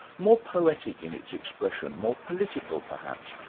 more poetic in its expression, more political perhaps,